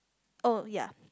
oh ya